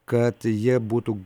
kad jie būtų